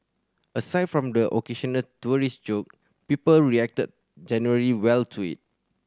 aside from the occasional terrorist joke people reacted generally well to it